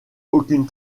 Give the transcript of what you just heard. aucune